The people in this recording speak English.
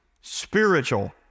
spiritual